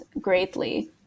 greatly